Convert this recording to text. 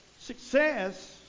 success